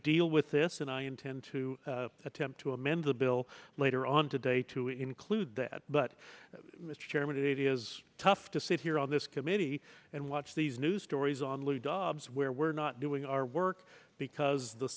deal with this and i intend to attempt to amend the bill later on today to include that but mr chairman it is tough to sit here on this committee and watch these news stories on lou dobbs where we're not doing our work because the